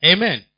Amen